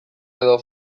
edo